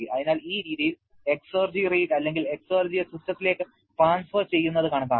അതിനാൽ ഈ രീതിയിൽ എക്സെർജി റേറ്റ് അല്ലെങ്കിൽ എക്സെർജിയെ സിസ്റ്റത്തിലേക്ക് ട്രാൻസ്ഫർ ചെയ്യുന്നത് കണക്കാക്കാം